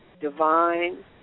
divine